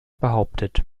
behauptet